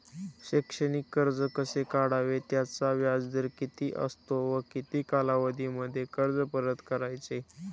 शैक्षणिक कर्ज कसे काढावे? त्याचा व्याजदर किती असतो व किती कालावधीमध्ये कर्ज परत करायचे?